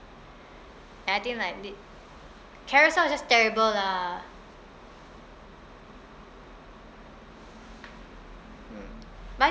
and I think like th~ carousell is just terrible lah hmm but